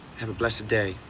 have a blessed day.